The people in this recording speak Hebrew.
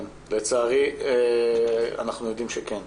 כן, לצערי אנחנו יודעים שכן,